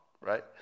right